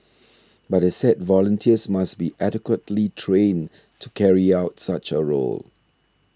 but they said volunteers must be adequately trained to carry out such a role